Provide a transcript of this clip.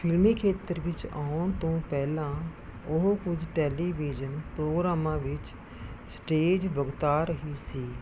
ਫਿਲਮੀ ਖੇਤਰ ਵਿੱਚ ਆਉਣ ਤੋਂ ਪਹਿਲਾਂ ਉਹ ਕੁਝ ਟੈਲੀਵਿਜ਼ਨ ਪ੍ਰੋਗਰਾਮਾਂ ਵਿਚ ਸਟੇਜ ਵਕਤਾ ਰਹੀ ਸੀ